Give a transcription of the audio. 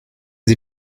sie